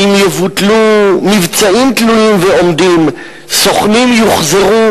האם יבוטלו מבצעים תלויים ועומדים, סוכנים יוחזרו?